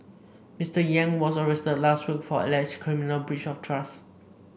Mister Yang was arrested last week for alleged criminal breach of trust